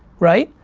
right,